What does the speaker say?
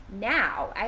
now